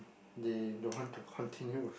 they don't want to continue